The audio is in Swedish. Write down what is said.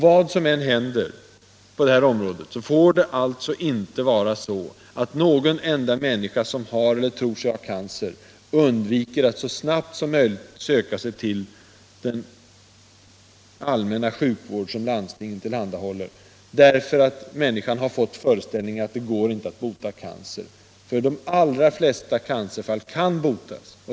Vad som än händer på det här området, får det inte vara så att någon enda människa, som har eller tror sig ha cancer, undviker att så snabbt som möjligt söka sig till den allmänna sjukvård som landstingen tillhandahåller — därför att hon har fått föreställningen att det inte går att bota cancer. De allra flesta cancerfall kan botas.